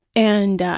and,